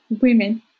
women